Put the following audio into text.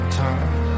time